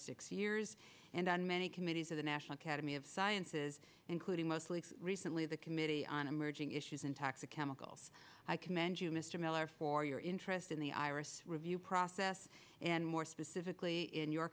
six years in on many committees of the national academy of sciences including mostly recently the committee on emerging issues and toxic chemicals i commend you mr miller for your interest in the iris review process and more specifically in your